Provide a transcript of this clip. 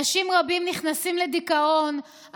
אנשים רבים נכנסים לדיכאון.